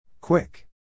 Quick